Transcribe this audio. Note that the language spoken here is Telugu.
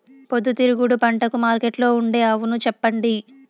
పొద్దుతిరుగుడు పంటకు మార్కెట్లో ఉండే అవును చెప్పండి?